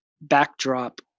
backdrop